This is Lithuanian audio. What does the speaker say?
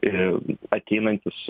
ir ateinantis